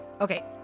Okay